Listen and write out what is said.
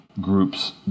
groups